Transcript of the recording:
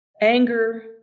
Anger